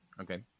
Okay